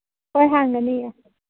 ꯍꯣꯏ ꯍꯥꯡꯒꯅꯤꯌꯦ